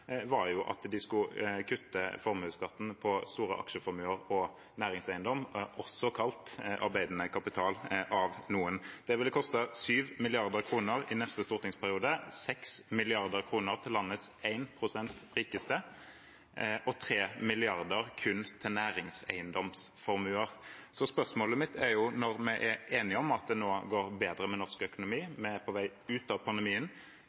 var at de skulle kutte formuesskatten på store aksjeformuer og næringseiendom, også kalt arbeidende kapital av noen. Det ville kostet 7 mrd. kr i neste stortingsperiode, 6 mrd. kr til landets rikeste 1 pst., og 3 mrd. kr kun til næringseiendomsformuer. Spørsmålet mitt er da: Når vi er enige om at det nå går bedre med norsk økonomi, og vi er på vei ut av pandemien,